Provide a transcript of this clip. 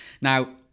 Now